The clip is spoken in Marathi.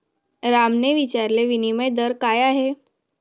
रामने विचारले, विनिमय दर काय आहे?